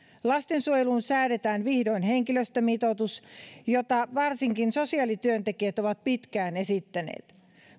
lastensuojeluun säädetään vihdoin henkilöstömitoitus jota varsinkin sosiaalityöntekijät ovat pitkään esittäneet